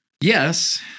Yes